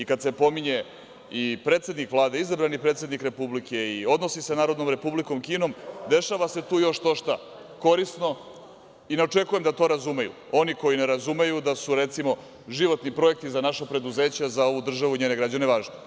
I kada se pominje i predsednik Vlade, izabrani predsednik Republike, i odnosi sa Narodnom republikom Kinom, dešava se tu još što šta korisno i ne očekujem da to razumeju oni koji ne razumeju da su recimo životni projekti za naša preduzeća, za ovu državu i za njene građane važni.